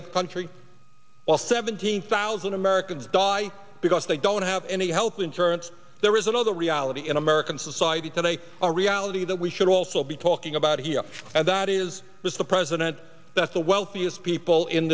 other country while seventeen thousand americans die because they don't have any health insurance there is another reality in american society today a reality that we should also be talking about here and that is this the president that's the wealthiest people in